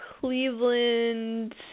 Cleveland –